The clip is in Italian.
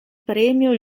premio